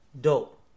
dope